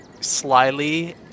slyly